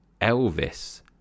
Elvis